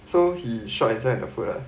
so he shot inside the foot lah